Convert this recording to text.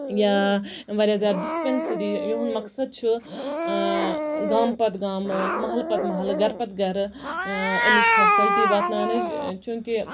یا واریاہ زیادٕ ڈِسپینسٔری یِہُند مقصد چھُ گامہٕ پَتہٕ گامہٕ مہلہٕ پَتہٕ مہلہٕ گرٕ پَتہٕ گرٕ امِچ فیسلٹی واتناونٕچ چوٗنکہِ